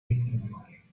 bekliyorlar